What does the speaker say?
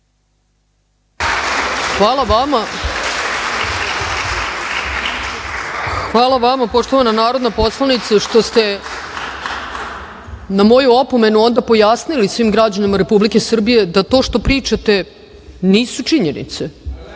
Hvala vama, poštovana narodna poslanice, što ste na moju opomenu onda pojasnili svim građanima Republike Srbije da to što pričate nisu činjenice,